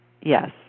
Yes